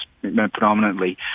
predominantly